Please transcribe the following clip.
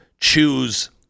choose